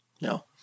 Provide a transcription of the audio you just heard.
No